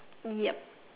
ya